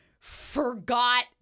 forgot